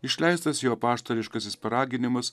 išleistas jo apaštališkasis paraginimas